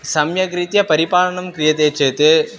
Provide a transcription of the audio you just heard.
सम्यग्रीत्या परिपालनं क्रियते चेत्